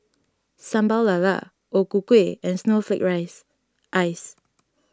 Sambal Lala O Ku Kueh and Snowflake Rice Ice